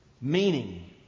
Meaning